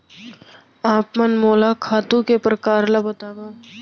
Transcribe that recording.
आप मन मोला खातू के प्रकार ल बतावव?